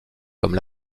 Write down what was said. comme